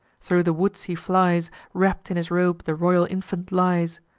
thro' the woods he flies wrapp'd in his robe the royal infant lies.